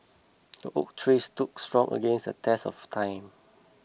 the oak tree stood strong against the test of time